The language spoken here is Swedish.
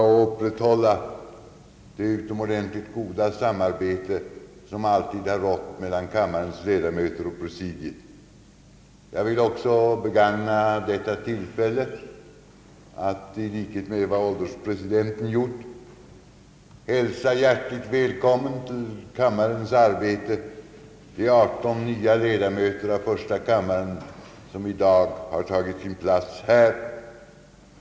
Vi vill upprätthålla det utomordentligt goda samarbete som alltid rått mellan kammarens ledamöter och presidiet. Jag vill också begagna detta tillfälle att i likhet med vad ålderspresidenten gjort hälsa hjärtligt välkomna till kammarens arbete de 18 nya ledamöter av första kammaren som i dag tagit plats här.